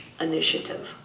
initiative